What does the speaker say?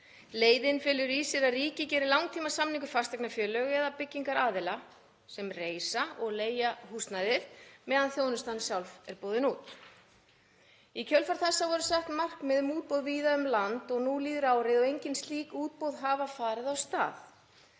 Leiðin felur í sér að ríkið geri langtímasamninga við fasteignafélög eða byggingaraðila sem reisa og leigja húsnæðið meðan þjónustan sjálf er boðin út. Í kjölfar þess voru sett markmið um útboð víða um land og nú líður árið og engin slík útboð hafa farið af stað.